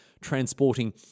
transporting